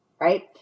Right